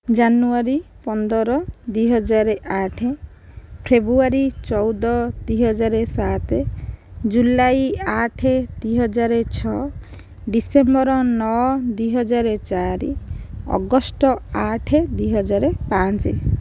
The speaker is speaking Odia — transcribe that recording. ଜାନୁଆରୀ ପନ୍ଦର ଦୁଇହଜାର ଆଠ ଫେବୃଆରୀ ଚଉଦ ଦୁଇହଜାର ସାତ ଜୁଲାଇ ଆଠ ଦୁଇହଜାର ଛଅ ଡିସେମ୍ବର ନଅ ଦୁଇହଜାର ଚାରି ଅଗଷ୍ଟ ଆଠ ଦୁଇହଜାର ପାଞ୍ଚ